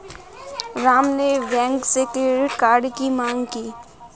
राम ने बैंक से credit card की माँग की